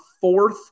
fourth